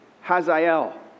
Hazael